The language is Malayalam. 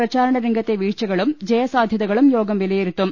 പ്രചാരണരംഗത്തെ വീഴ്ചകളും ജയസാധ്യതകളും യോഗം വിലയിരുത്തും